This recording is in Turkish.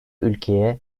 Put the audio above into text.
ülkeye